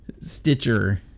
Stitcher